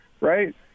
right